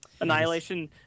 Annihilation